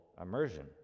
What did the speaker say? immersion